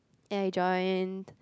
and I joined